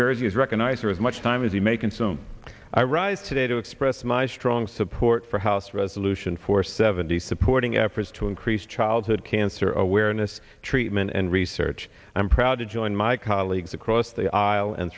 jersey's recognizer as much time as you may consume i rise today to express my strong support for house resolution four seventy supporting efforts to increase childhood cancer awareness treatment and research i am proud to join my colleagues across the aisle and